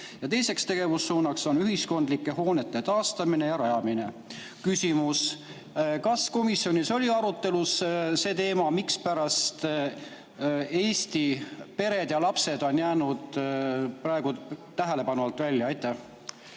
Ja teiseks tegevussuunaks on ühiskondlike hoonete taastamine ja rajamine. Küsimus: kas komisjonis oli arutelul see teema, mispärast Eesti pered ja lapsed on jäänud praegu tähelepanu alt välja? Aitäh,